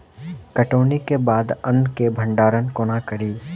कटौनीक बाद अन्न केँ भंडारण कोना करी?